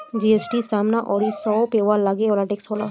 GST समाना अउरी सेवा पअ लगे वाला टेक्स होला